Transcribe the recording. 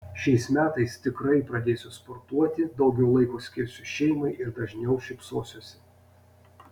šiais metais tikrai pradėsiu sportuoti daugiau laiko skirsiu šeimai ir dažniau šypsosiuosi